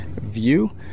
view